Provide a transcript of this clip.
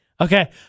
Okay